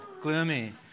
gloomy